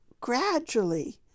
gradually